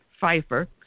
Pfeiffer